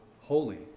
holy